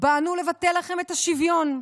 באנו לבטל לכם את השוויון,